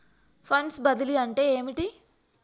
Funds బదిలీ అంటే ఏమిటి?